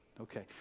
Okay